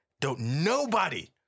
don't—nobody—